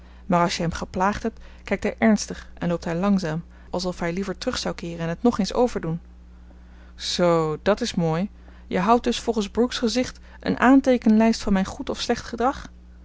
maar als je hem geplaagd hebt kijkt hij ernstig en loopt hij langzaam alsof hij liever terug zou keeren en het nog eens overdoen zoo dat is mooi jij houdt dus volgens brooke's gezicht een aanteekenlijst van mijn goed of slecht gedrag